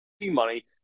money